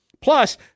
Plus